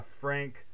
Frank